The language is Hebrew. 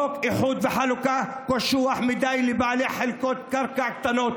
חוק איחוד וחלוקה קשוח מדי לבעלי חלקות קרקע קטנות.